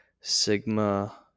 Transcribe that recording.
Sigma